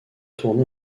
tourné